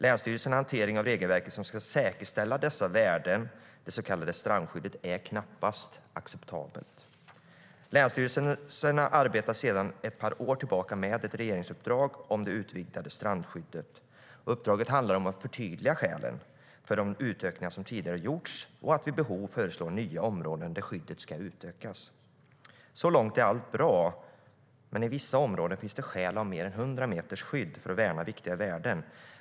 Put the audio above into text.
Länsstyrelsernas hantering av regelverket, det så kallade strandskyddet, som ska säkerställa dessa värden, är knappast acceptabel. Så långt är allt bra. I vissa områden finns det skäl att ha mer än 100 meters skydd för att värna viktiga värden.